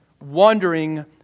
wondering